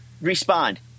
Respond